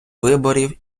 виборів